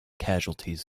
casualties